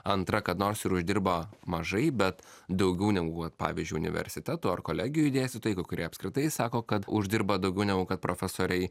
antra kad nors ir uždirba mažai bet daugiau negu vat pavyzdžiui universiteto ar kolegijų dėstytojų kurie apskritai sako kad uždirba daugiau negu kad profesoriai